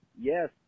Yes